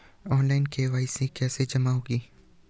Online KYC कैसे जमा होगी?